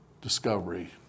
discovery